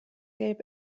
gelb